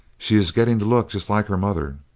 she is getting to look just like her mother.